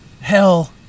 hell